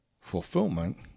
fulfillment